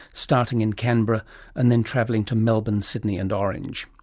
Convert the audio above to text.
starting in canberra and then travelling to melbourne, sydney and orange.